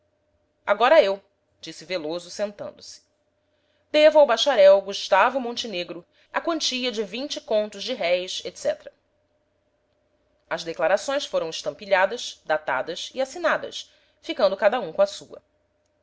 agora eu disse veloso sentando-se devo ao bacharel gustavo montenegro a quantia de vinte contos de réis etc as declarações foram estampilhadas datadas e assinadas ficando cada um com a sua